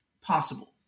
possible